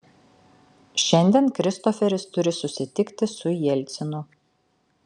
šiandien kristoferis turi susitikti su jelcinu